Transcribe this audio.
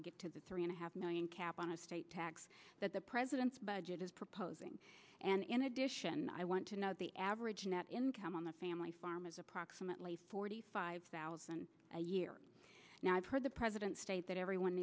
to get to the three and a half million cap on a state tax that the president's budget is proposing and in addition i want to note the average net income on the family farm is approximately forty five thousand a year now i've heard the president state that everyone